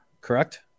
correct